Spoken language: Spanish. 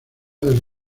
del